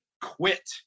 quit